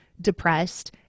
depressed